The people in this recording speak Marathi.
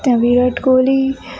त्या विराट कोहली